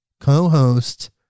co-host